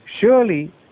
Surely